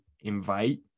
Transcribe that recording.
invite